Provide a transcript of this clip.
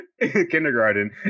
kindergarten